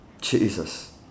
Jesus